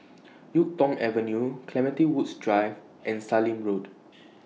Yuk Tong Avenue Clementi Woods Drive and Sallim Road